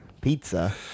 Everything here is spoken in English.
pizza